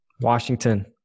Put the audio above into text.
Washington